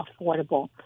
affordable